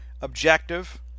objective